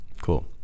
Cool